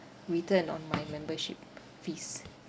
return on my membership fees